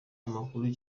amakuru